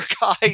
guy